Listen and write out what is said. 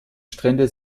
strände